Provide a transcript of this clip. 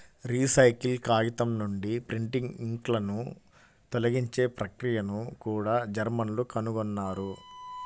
recycle కాగితం నుండి printing ఇంక్లను తొలగించే ప్రక్రియను కూడా జర్మన్లు కనుగొన్నారు